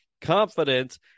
confidence